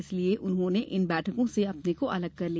इसलिए उन्होंने इन बैठकों से अपने को अलग कर दिया